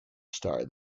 star